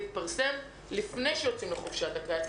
הזה יתפרסם לפני שיוצאים לחופשת הקיץ.